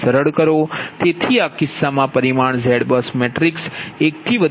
તેથી આ કિસ્સામાં પણ પરિમાણ ZBUS મેટ્રિક્સ એક થી વધી જશે